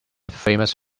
famous